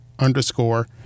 underscore